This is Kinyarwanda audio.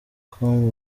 com